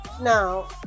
now